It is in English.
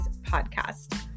podcast